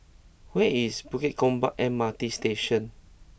where is Bukit Gombak M R T Station